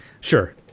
Sure